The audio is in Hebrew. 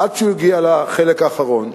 עד שהוא הגיע לחלק האחרון,